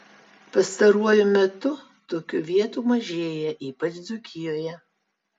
pastaruoju metu tokių vietų mažėja ypač dzūkijoje